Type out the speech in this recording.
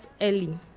early